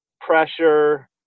pressure